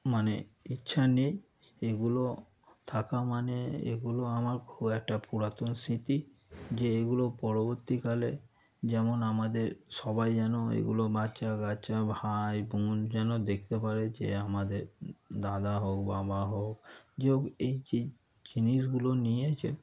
মানে ইচ্ছা নেই এগুলো থাকা মানে এগুলো আমার খুব একটা পুরাতন স্মৃতি যে এগুলো পরবর্তীকালে যেমন আমাদের সবাই যেন এগুলো বাচ্চা কাচ্চা ভাই বোন যেন দেখতে পারে যে আমাদের দাদা হোক বাবা হোক যে হোক এই যে জিনিসগুলো নিয়েছে